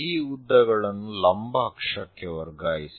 ಈ ಉದ್ದಗಳನ್ನು ಲಂಬ ಅಕ್ಷಕ್ಕೆ ವರ್ಗಾಯಿಸಿ